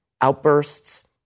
outbursts